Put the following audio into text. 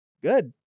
Good